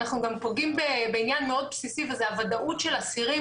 אנחנו גם פוגעים בעניין מאוד בסיסי וזה הוודאות של אסירים.